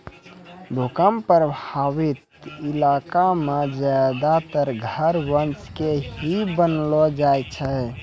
भूकंप प्रभावित इलाका मॅ ज्यादातर घर बांस के ही बनैलो जाय छै